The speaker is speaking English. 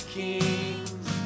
kings